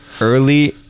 early